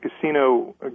casino